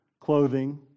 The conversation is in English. clothing